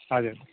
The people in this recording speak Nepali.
हजुर